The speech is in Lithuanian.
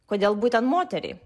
kodėl būtent moteriai